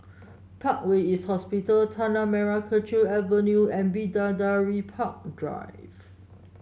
Parkway East Hospital Tanah Merah Kechil Avenue and Bidadari Park Drive